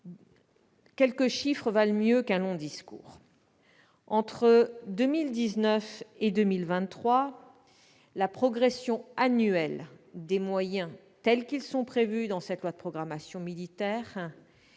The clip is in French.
quelques chiffres valent mieux qu'un long discours. Entre 2019 et 2023, la progression annuelle des moyens tels qu'ils sont prévus dans cette loi de programmation militaire est, en moyenne,